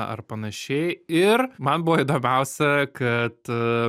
ar panašiai ir man buvo įdomiausia kad